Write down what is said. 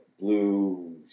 blue